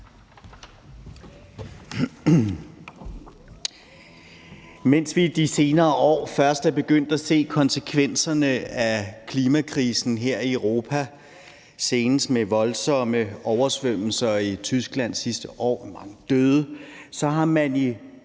Mens vi her i Europa først er begyndt at se konsekvenserne af klimakrisen i de senere år, senest med voldsomme oversvømmelser i Tyskland sidste år, hvor mange døde, så har man